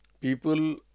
people